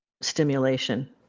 stimulation